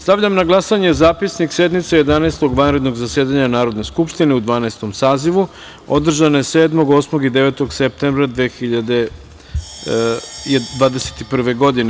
Stavljam na glasanje zapisnik sednice Jedanaestog vanrednog zasedanja Narodne skupštine u Dvanaestom sazivu, održane 7, 8. i 9. septembra 2021. godine.